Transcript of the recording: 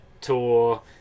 tour